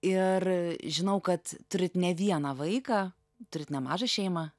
ir žinau kad turit ne vieną vaiką turit nemažą šeimą